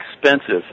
expensive